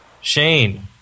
Shane